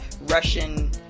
Russian